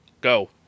Go